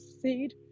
seed